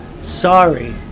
Sorry